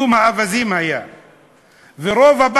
זה היה חוק פיטום האווזים.